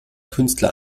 künstler